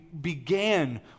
began